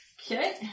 Okay